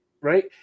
right